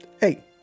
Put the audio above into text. Hey